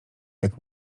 jak